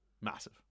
massive